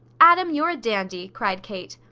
adam, you're a dandy! cried kate.